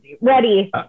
ready